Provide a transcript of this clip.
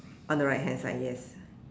on the right hand side yes